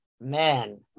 Man